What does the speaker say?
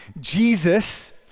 Jesus